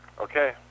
Okay